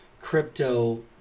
crypto